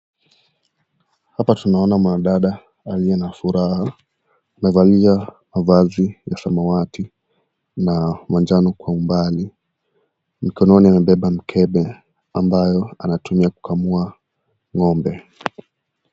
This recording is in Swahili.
Hapa tunaona mwanadada aliye na furaha ,amevalia mavazi ya samawati na manjano kwa umbali. Mikononi amebeba mkebe ambayo anatumia kukamua ng'ombe.